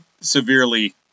severely